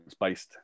based